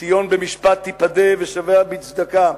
ציון במשפט תיפדה ושביה בצדקה.